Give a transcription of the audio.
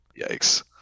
Yikes